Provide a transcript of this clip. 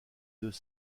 deux